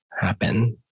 happen